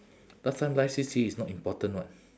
last time life C_C_A is not important [what]